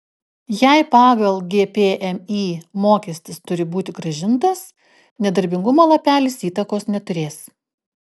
jei pagal gpmį mokestis turi būti grąžintas nedarbingumo lapelis įtakos neturės